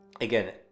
Again